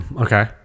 Okay